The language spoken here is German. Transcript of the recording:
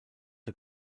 der